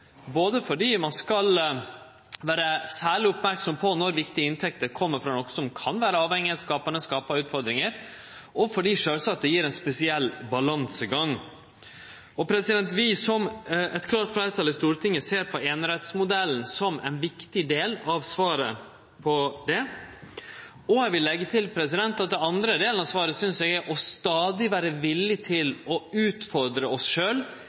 både fordi ein skal vere særleg merksam når viktige inntekter kjem frå noko som kan skape avhengnad og utfordringar, og sjølvsagt fordi det gjev ein spesiell balansegang. Eit klart fleirtal i Stortinget ser på einerettsmodellen som ein viktig del av svaret på dette. Den andre delen av svaret synest eg er å stadig vere villige til å utfordre oss